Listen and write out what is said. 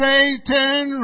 Satan